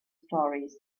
stories